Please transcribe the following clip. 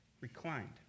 reclined